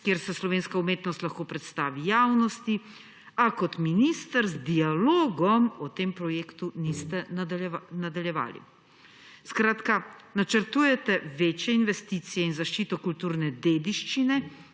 kjer se slovenska umetnost lahko predstavi javnosti, a kot minister z dialogom o tem projektu niste nadaljevali. Skratka, načrtujete večje investicije in zaščito kulturne dediščine,